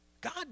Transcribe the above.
God